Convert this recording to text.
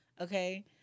Okay